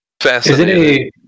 Fascinating